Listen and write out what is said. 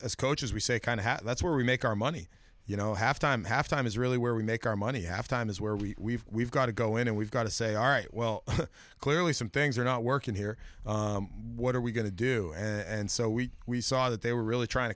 as coaches we say kind of that's where we make our money you know half time half time is really where we make our money have times where we we've got to go in and we've got to say all right well clearly some things are not working here what are we going to do and so we we saw that they were really trying